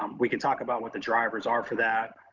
um we can talk about what the drivers are for that,